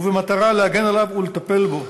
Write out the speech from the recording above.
במטרה להגן עליו ולטפל בו.